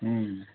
ହୁଁ